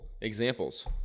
examples